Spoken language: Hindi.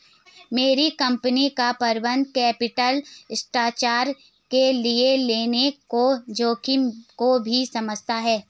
मेरी कंपनी का प्रबंधन कैपिटल स्ट्रक्चर के लिए लोन के जोखिम को भी समझता है